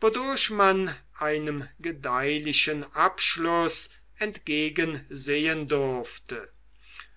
wodurch man einem gedeihlichen abschluß entgegensehen durfte